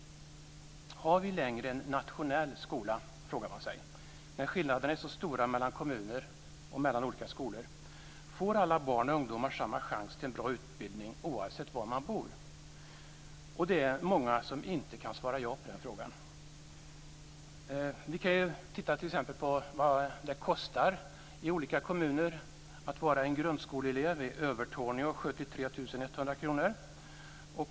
Har vi längre en nationell skola, frågar man sig, när skillnaderna är så stora mellan kommuner och mellan olika skolor? Får alla barn och ungdomar samma chans till en bra utbildning, oavsett var man bor? Det är många som inte kan svara ja på den frågan. Vi kan titta t.ex. på vad det kostar i olika kommuner att vara en grundskoleelev. I Övertorneå kostar en elev 73 100 kr.